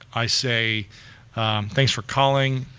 i say thanks for calling,